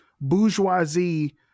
bourgeoisie